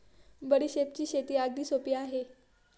बडीशेपची शेती अगदी सोपी आहे